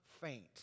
faint